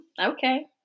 okay